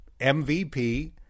MVP